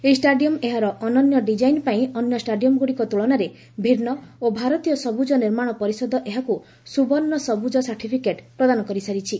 ଏହି ଷ୍ଟାଡିୟମ୍ ଏହାର ଅନନ୍ୟ ଡିକାଇନ୍ ପାଇଁ ଅନ୍ୟ ଷ୍ଟାଡିୟମ୍ଗୁଡ଼ିକ ତ୍କଳନାରେ ଭିନ୍ନ ଓ ଭାରତୀୟ ସବୁଜ ନିର୍ମାଣ ପରିଷଦ ଏହାକୁ ସ୍ରବର୍ଶ୍ଣ ସବୂଜ ସାର୍ଟିଫିକେଟ୍ ପ୍ରଦାନ କରିସାରିଛି